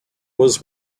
was